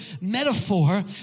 metaphor